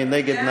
מי נגד?